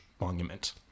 Monument